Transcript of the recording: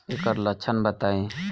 ऐकर लक्षण बताई?